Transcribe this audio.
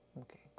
Okay